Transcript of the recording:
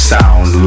Sound